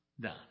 done